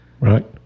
right